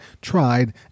tried